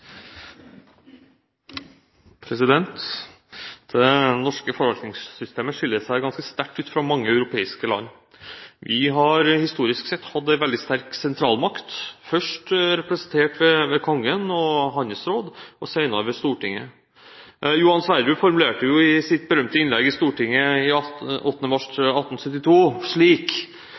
det. Det norske forvaltningssystemet skiller seg ganske sterkt ut fra mange europeiske land. Vi har historisk sett hatt en veldig sterk sentralmakt – først representert ved Kongen og hans råd og senere ved Stortinget. Johan Sverdrup formulerte det jo i sitt berømte innlegg i Stortinget 8. mars 1872 slik: